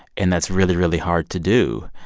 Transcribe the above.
and that's really, really hard to do.